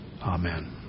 Amen